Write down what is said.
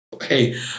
hey